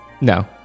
No